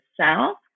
South